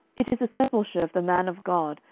it is the sepulchre of the man of god,